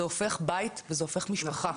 זה הופך בית וזה הופך משפחה.